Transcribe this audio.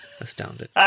Astounded